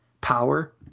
power